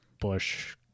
Bush